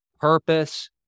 purpose